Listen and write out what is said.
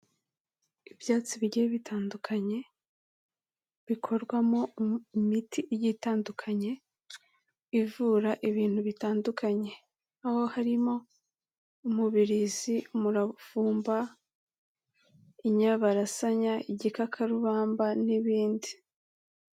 Ibyatsi bigiye bitandukanye bikorwamo imiti igiye itandukanye, ivura ibintu bitandukanye, aho harimo: umubirizi, umuravumba, inyabarasanya, igikakarubamba n'ibindi.